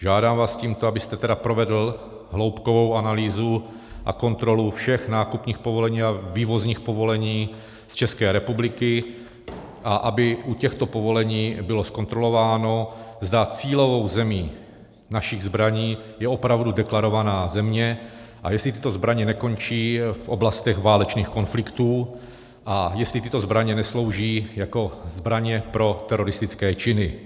Žádám vás tímto, abyste tedy provedl hloubkovou analýzu a kontrolu všech nákupních povolení a vývozních povolení z České republiky a aby u těchto povolení bylo zkontrolováno, zda cílovou zemí našich zbraní je opravdu deklarovaná země, jestli tyto zbraně nekončí v oblastech válečných konfliktů a jestli tyto zbraně neslouží jako zbraně pro teroristické činy.